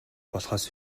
болохоос